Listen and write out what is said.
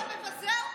אתה מבזה אותי.